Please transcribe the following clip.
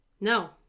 No